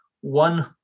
one